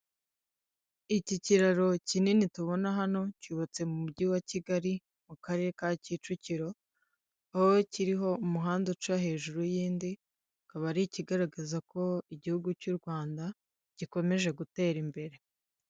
Iki kiraro kinini tubona hano cyubatse mu mujyi wa Kigali, mu karere ka Kicukiro, aho kiriho umuhanda uca hejuru y'indi, akaba ari ikigaragaza ko igihugu cy'u Rwanda gikomeje gutera imbere.